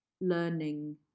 learning